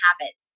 habits